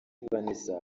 vanessa